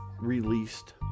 released